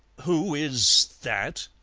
who is that?